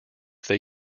they